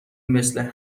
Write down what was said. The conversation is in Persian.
مثل